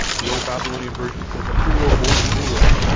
the old babylonian version says, a hero born of uruk.